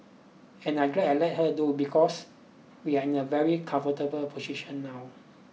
and I'm glad I let her do it because we're in a very comfortable position now